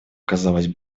казалось